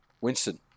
Winston